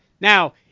now